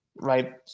right